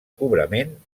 cobrament